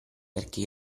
perché